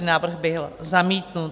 Návrh byl zamítnut.